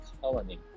colony